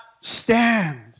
stand